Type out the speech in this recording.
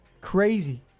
Crazy